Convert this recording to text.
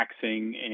Taxing